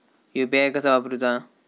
UPI कसा वापरूचा?